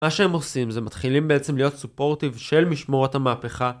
מה שהם עושים זה מתחילים בעצם להיות supportive של משמרות המהפכה